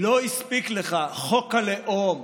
לא הספיק לך חוק הלאום,